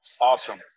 Awesome